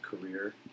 career